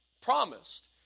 promised